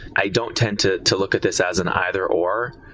i don't tend to to look at this as an either or.